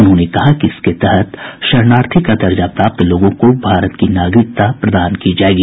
उन्होंने कहा कि इसके तहत शरणार्थी का दर्जा प्राप्त लोगों को भारत की नागरिकता प्रदान की जायेगी